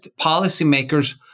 policymakers